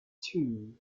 two